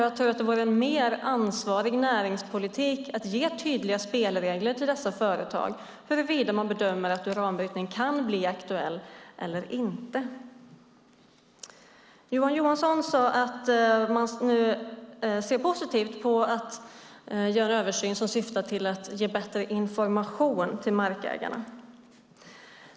Jag tror att det vore en mer ansvarig näringspolitik att ge tydliga spelregler till dessa företag och besked om huruvida man bedömer att uranbrytning kan bli aktuell eller inte. Johan Johansson sade att man ser positivt på att göra en översyn som syftar till att ge bättre information till markägarna.